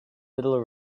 little